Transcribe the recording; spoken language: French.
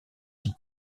qui